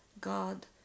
God